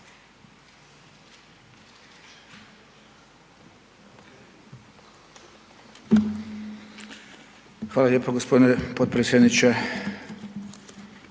Hvala lijepo gospodine predsjedniče.